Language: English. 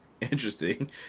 Interesting